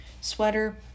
sweater